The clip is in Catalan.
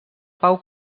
pau